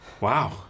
wow